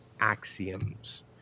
axioms